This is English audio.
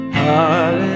hallelujah